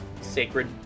sacred